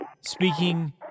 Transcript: Speaking